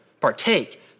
partake